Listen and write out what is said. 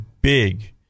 big